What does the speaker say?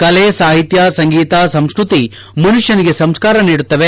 ಕಲೆ ಸಾಹಿತ್ಯ ಸಂಗೀತ ಸಂಸ್ಕೃತಿ ಮನುಷ್ಠನಿಗೆ ಸಂಸ್ಕಾರ ನೀಡುತ್ತವೆ